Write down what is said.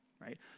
right